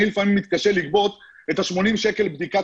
אני לפעמים מתקשה לגבות את ה-80 שקלים לבדיקת